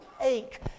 ache